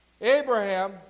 Abraham